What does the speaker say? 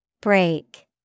Break